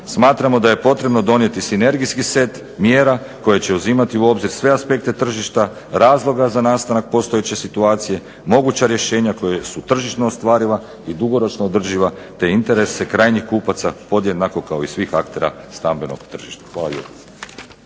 Smatramo da je potrebno donijeti sinergijski set mjera koje će uzimati u obzir sve aspekte tržišta, razloga za nastanak postojeće situacije, moguća rješenja koja su tržišno ostvariva i dugoročno održiva, te interese krajnjih kupaca podjednako kao i svih aktera stambenog tržišta. Hvala